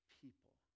people